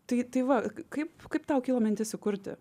tai tai va kaip kaip tau kilo mintis įkurti